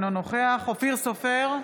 אינו נוכח אופיר סופר,